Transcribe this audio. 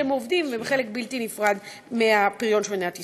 עובדים וחלק בלתי נפרד מהפריון במדינת ישראל.